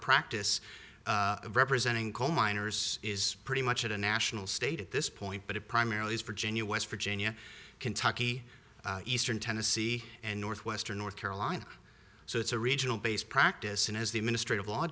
practice of representing coal miners is pretty much at a national state at this point but it primarily is virginia west virginia kentucky eastern tennessee and north western north carolina so it's a regional based practice and as the administrative law